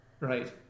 Right